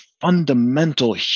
fundamental